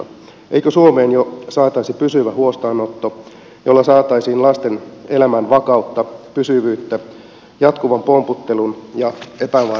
eikö suomeen jo saataisi pysyvä huostaanotto jolla saataisiin lasten elämään vakautta pysyvyyttä jatkuvan pomputtelun ja epävarmuuden sijaan